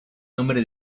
nombre